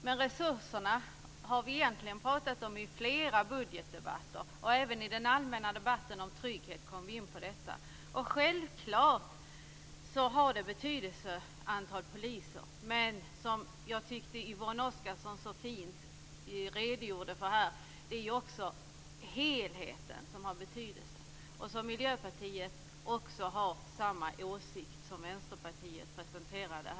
Men resurserna har vi egentligen talat om i flera budgetdebatter och även i den allmänna debatten om trygghet kom vi in på detta. Självklart har antalet poliser betydelse. Men jag tyckte att Yvonne Oscarsson så fint redogjorde för att det också är helheten som har betydelse. Miljöpartiet har samma åsikt som presenterades från Vänsterpartiet.